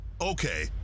Okay